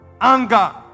anger